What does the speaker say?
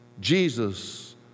Jesus